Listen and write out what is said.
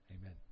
Amen